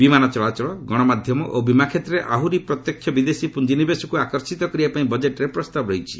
ବିମାନ ଚଳାଚଳ ଗଣମାଧ୍ୟମ ଓ ବୀମା କ୍ଷେତ୍ରରେ ଆହୁରି ପ୍ରତ୍ୟକ୍ଷ ବିଦେଶୀ ପୁଞ୍ଜିନିବେଶକୁ ଆକର୍ଷିତ କରିବାପାଇଁ ବଜେଟ୍ରେ ପ୍ରସ୍ତାବ ରହିଛି